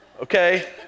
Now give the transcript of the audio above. okay